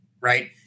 right